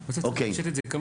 אוקיי.